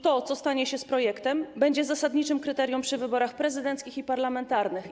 To, co stanie się z projektem, będzie zasadniczym kryterium przy wyborach prezydenckich i parlamentarnych.